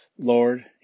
Lord